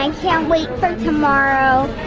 um can't wait for tomorrow